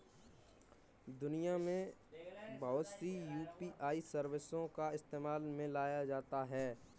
दुनिया में बहुत सी यू.पी.आई सर्विसों को इस्तेमाल में लाया जाता है